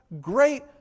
great